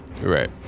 Right